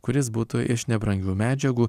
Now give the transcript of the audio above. kuris būtų iš nebrangių medžiagų